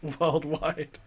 worldwide